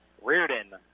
Reardon